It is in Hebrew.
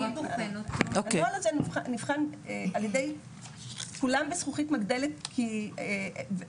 הנוהל הזה נבחן על ידי כולם בזכוכית מגדלת ואין